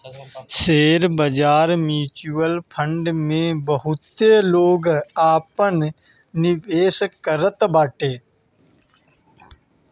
share बाजार, mutual fund में बहुते लोग आपन निवेश करत बाटे